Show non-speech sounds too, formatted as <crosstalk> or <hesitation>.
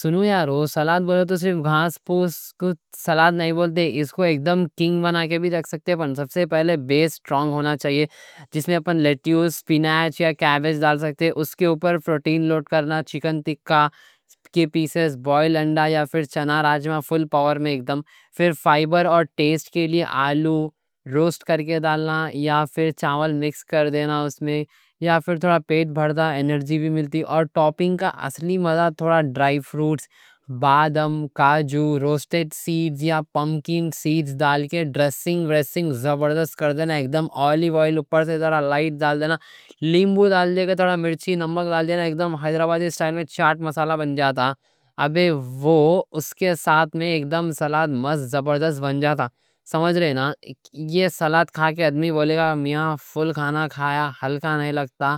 سنو یارو سلاد بولو تو صرف گھاس پھوس <hesitation> سلاد نہیں بولتے، اس کو ایک دم کِنگ بنا کے بھی رکھ سکتے اپن۔ پر سب سے پہلے بیس اسٹرانگ ہونا چاہیے، جس میں اپن لیٹس، سپینیچ یا کیبج ڈال سکتے۔ اس کے اوپر پروٹین لوڈ کرنا، چکن تکہ کے پیسز، بوئل انڈا یا پھر چنا راجمہ، فل پاور میں ایک دم۔ پھر فائبر اور ٹیسٹ کے لیے آلو روسٹ کر کے ڈالنا یا پھر چاول مکس کر دینا۔ پھر پیٹ بھرتا، انرجی بھی ملتی، اور ٹاپنگ کا اصلی مزہ، تھوڑا ڈرائی فروٹ بادام کاجو، روسٹڈ سیڈز یا پمکین سیڈز ڈال کے، ڈریسنگ وریسنگ زبردست کر دینا۔ ایک دم اولیو آئل اوپر سے تھوڑا لائٹ ڈال دینا، لیمبو ڈال دینا، تھوڑا مرچی نمک، ایک دم حیدرآبادی اسٹائل میں چاٹ مسالا بن جاتا۔ ابے وہ اس کے ساتھ میں ایک دم <hesitation> سلاد مزہ زبردست بن جاتا، سمجھ رہے نا۔ یہ سلاد کھا کے آدمی بولے گا میاں فل کھانا کھایا، ہلکا نہیں لگتا،